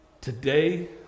Today